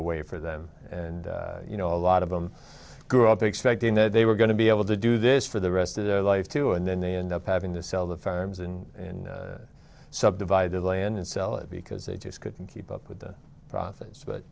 away for them and you know a lot of them grew up expecting that they were going to be able to do this for the rest of their life too and then they end up having to sell the farms and subdivided land and sell it because they just couldn't keep up with the profits but